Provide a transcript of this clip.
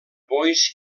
boix